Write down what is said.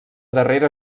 darrera